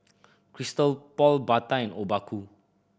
Christian Paul Bata and Obaku